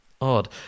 Odd